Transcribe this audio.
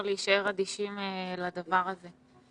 להישאר אדישים לדבר הזה.